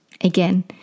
Again